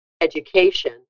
education